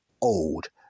old